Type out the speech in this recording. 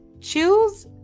choose